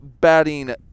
batting